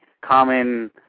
common